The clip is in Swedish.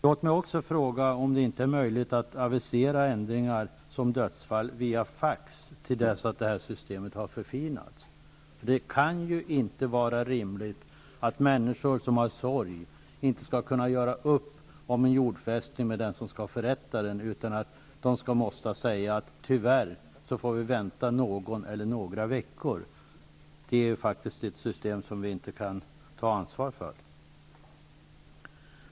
Låt mig också fråga om det inte är möjligt att avisera ändringar som dödsfall via fax till dess att systemet har förfinats? Det kan inte vara rimligt att människor som har sorg inte skall kunna göra upp om en jordfästning med den som skall förrätta den utan att de måste vänta en eller flera veckor. Det är faktiskt ett system som vi inte kan ta ansvar för.